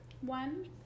one